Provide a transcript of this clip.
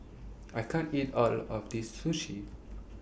I can't eat All of This Sushi